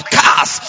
cars